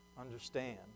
Understand